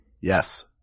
Yes